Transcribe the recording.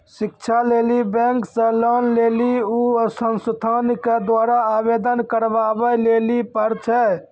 शिक्षा लेली बैंक से लोन लेली उ संस्थान के द्वारा आवेदन करबाबै लेली पर छै?